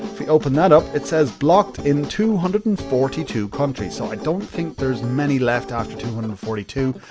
if we open that up, it says blocked in two hundred and forty two countries. so, i don't think there's many left after two hundred and and forty two.